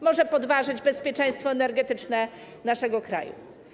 Może podważyć bezpieczeństwo energetyczne naszego kraju.